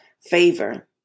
Favor